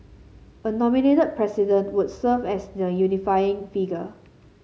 a nominated President would serve as the unifying figure